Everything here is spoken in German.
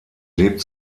lebt